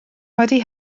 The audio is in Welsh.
wedi